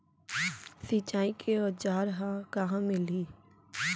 सिंचाई के औज़ार हा कहाँ मिलही?